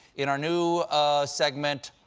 in our new segment